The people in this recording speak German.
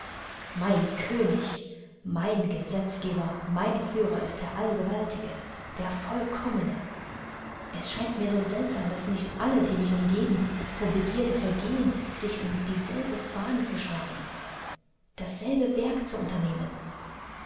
mein könig mein gesetzgeber mein führer ist der allgewaltige der vollkommene es erscheint mir so seltsam daß nicht alle die mich umgeben vor begierde vergehen sich um dieselbe fahne zu scharen dasselbe werk zu unternehmen